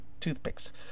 toothpicks